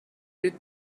bit